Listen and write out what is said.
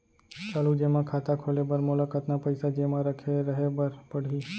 चालू जेमा खाता खोले बर मोला कतना पइसा जेमा रखे रहे बर पड़ही?